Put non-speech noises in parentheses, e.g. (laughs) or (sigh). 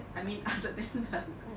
I mean other than the (laughs)